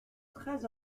très